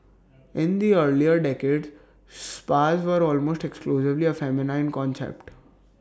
in the earlier decades spas were almost exclusively A feminine concept